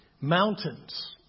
Mountains